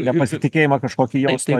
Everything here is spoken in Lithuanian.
nepasitikėjimą kažkokį jaus toj